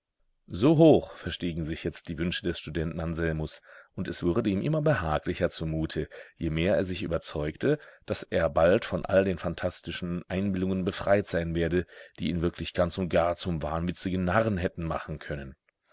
so hoch verstiegen sich jetzt die wünsche des studenten anselmus und es wurde ihm immer behaglicher zumute je mehr er sich überzeugte daß er bald von all den phantastischen einbildungen befreit sein werde die ihn wirklich ganz und gar zum wahnwitzigen narren hätten machen können